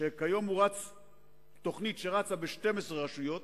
שכיום זו תוכנית שרצה ב-12 רשויות,